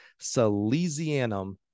Silesianum